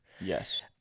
Yes